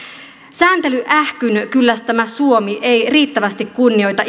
sääntelyähkyn kyllästämä suomi ei riittävästi kunnioita